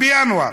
בינואר.